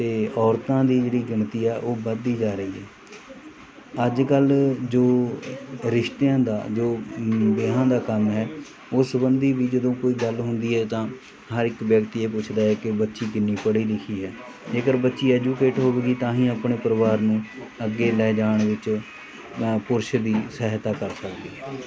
ਅਤੇ ਔਰਤਾਂ ਦੀ ਜਿਹੜੀ ਗਿਣਤੀ ਹੈ ਉਹ ਵੱਧਦੀ ਜਾ ਰਹੀ ਅੱਜ ਕੱਲ੍ਹ ਜੋ ਰਿਸ਼ਤਿਆਂ ਦਾ ਜੋ ਵਿਆਹਾਂ ਦਾ ਕੰਮ ਹੈ ਉਸ ਸੰਬੰਧੀ ਵੀ ਜਦੋਂ ਕੋਈ ਗੱਲ ਹੁੰਦੀ ਹੈ ਤਾਂ ਹਰ ਇੱਕ ਵਿਅਕਤੀ ਇਹ ਪੁੱਛਦਾ ਹੈ ਕਿ ਬੱਚੀ ਕਿੰਨੀ ਪੜ੍ਹੀ ਲਿਖੀ ਹੈ ਜੇਕਰ ਬੱਚੀ ਐਜੂਕੇਟ ਹੋਵੇਗੀ ਤਾਂ ਹੀ ਆਪਣੇ ਪਰਿਵਾਰ ਨੂੰ ਅੱਗੇ ਲੈ ਜਾਣ ਵਿੱਚ ਪੁਰਸ਼ ਦੀ ਸਹਾਇਤਾ ਕਰ ਸਕਦੀ ਹੈ